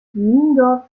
niendorf